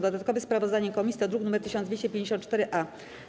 Dodatkowe sprawozdanie komisji to druk nr 1254-A.